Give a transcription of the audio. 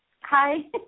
Hi